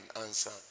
answer